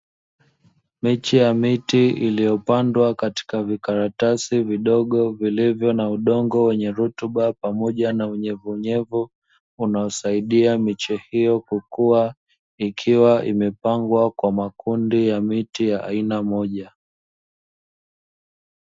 Miche ya miti iliyopangwa katika vikaratasi vidogo vilivyo na udongo wenye rutuba pamoja na unyevuunyevu, unaosaidia miche hiyo kukua ikiwa imepangwa kwa makundi ya miti ya aina moja.